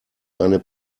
eine